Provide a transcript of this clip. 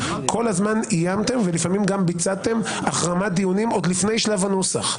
כל הזמן איימתם ולפעמים גם ביצעתם החרמת דיונים עוד לפני שלב הנוסח.